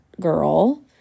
girl